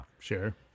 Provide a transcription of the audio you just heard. sure